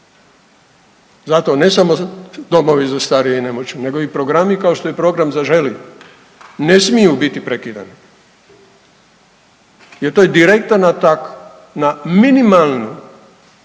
Zato, ne samo domovi za starije i nemoćne, nego i programi, kao što je program Zaželi, ne smiju biti prekidani jer to je direktan atak na minimalnu